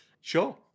Sure